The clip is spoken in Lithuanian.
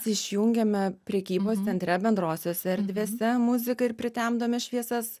išjungiame prekybos centre bendrosiose erdvėse muziką ir pritemdome šviesas